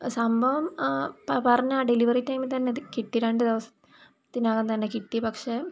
സംഭവം പറഞ്ഞ ആ ഡെലിവെറി ടൈമിൽത്തന്നെ അത് കിട്ടി രണ്ട് ദിവസത്തിനകം തന്നെ കിട്ടി പക്ഷെ